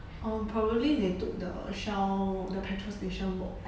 oh probably they took the shell the petrol station walk